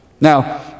Now